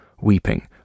weeping